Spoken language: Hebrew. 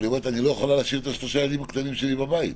אבל היא אומרת: אני לא יכולה להשאיר את שלושת הילדים הקטנים שלי בבית.